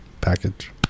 package